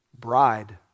Bride